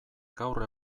gaur